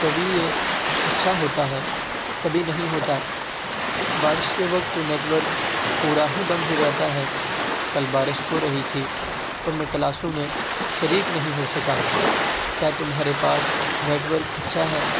کبھی یہ اچھا ہوتا ہے کبھی نہیں ہوتا بارش کے وقت تو نیٹ ورک پورا ہی بند ہو جاتا ہے کل بارش ہو رہی تھی اور میں کلاسوں میں شریک نہیں ہو سکا کیا تمہارے پاس نیٹ ورک اچھا ہے